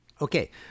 Okay